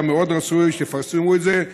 היה מאוד רצוי שתפרסמו את זה,